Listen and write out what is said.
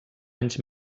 anys